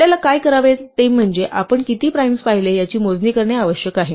आपल्याला काय करावे लागेल ते म्हणजे आपण किती प्राइम्स पाहिले आहेत याची मोजणी करणे आवश्यक आहे